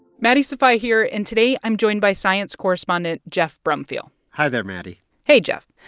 maddie sofia here, and today, i'm joined by science correspondent geoff brumfiel hi there, maddie hey, geoff.